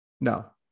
No